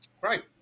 Right